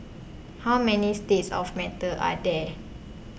how many states of matter are there